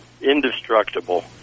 Indestructible